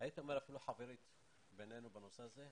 והייתי אומר אפילו חברית בינינו בנושא הזה.